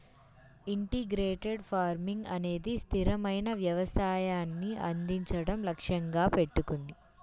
integrated farming అనేది స్థిరమైన వ్యవసాయాన్ని అందించడం లక్ష్యంగా పెట్టుకుంది